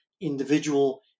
individual